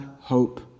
hope